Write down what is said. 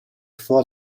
for